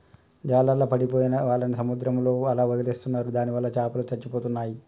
జాలర్లు పాడైపోయిన వాళ్ళని సముద్రంలోనే అలా వదిలేస్తున్నారు దానివల్ల చాపలు చచ్చిపోతున్నాయి